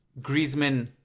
Griezmann